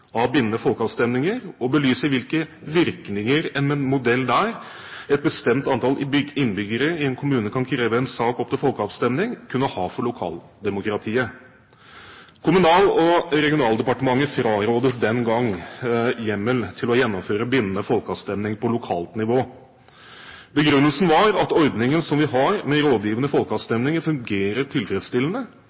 av bindende folkeavstemninger og belyse hvilke virkninger en modell der et bestemt antall innbyggere i en kommune kan kreve en sak opp til folkeavstemning, kunne ha for lokaldemokratiet. Kommunal- og regionaldepartementet frarådet den gang hjemmel til å gjennomføre bindende folkeavstemning på lokalt nivå. Begrunnelsen var at ordningen som vi har med rådgivende folkeavstemninger, fungerer tilfredsstillende